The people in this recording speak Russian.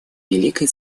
великой